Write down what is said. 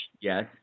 Yes